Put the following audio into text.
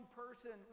person